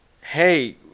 hey